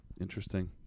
interesting